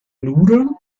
nudeln